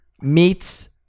Meets